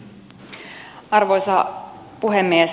arvoisa puhemies